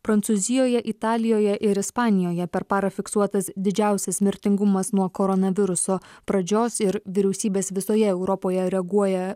prancūzijoje italijoje ir ispanijoje per parą fiksuotas didžiausias mirtingumas nuo koronaviruso pradžios ir vyriausybės visoje europoje reaguoja